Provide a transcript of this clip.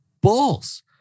Bulls